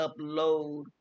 upload